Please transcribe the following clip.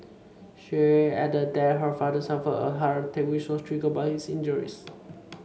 she added that her father suffered a heart attack which was triggered by his injuries